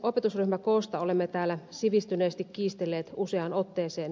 opetusryhmäkoosta olemme täällä sivistyneesti kiistelleet useaan otteeseen